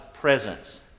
presence